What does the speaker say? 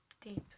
Deep